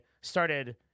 started